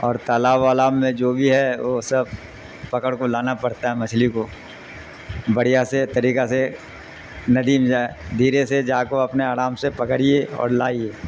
اور تالاب عالام میں جو بھی ہے وہ سب پکڑ کو لانا پڑتا ہے مچھلی کو بڑھیا سے طریقہ سے ندی میں جائے دھیرے سے جاک اپنے آرام سے پکڑیے اور لائیے